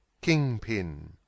kingpin